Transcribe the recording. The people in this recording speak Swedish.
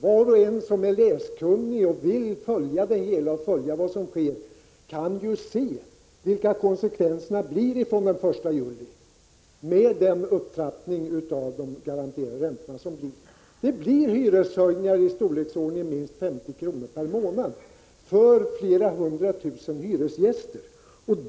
Var och en som är läskunnig och vill följa vad som sker kan ju se vilka konsekvenserna blir från den 1 juli, när upptrappningen av de garanterade räntorna kommer. Det blir hyreshöjningar i storleksordningen minst 50 kr. per månad för flera hundratusen hyresgäster.